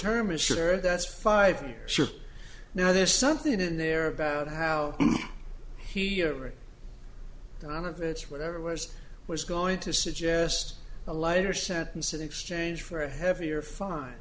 term a sugar that's five sure now there's something in there about how he kind of it's whatever was was going to suggest a lighter sentence in exchange for a heavier fine